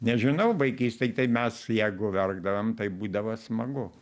nežinau vaikystėj tai mes jeigu verkdavom tai būdavo smagu